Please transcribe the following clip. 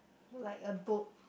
like a book